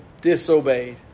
disobeyed